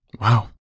Wow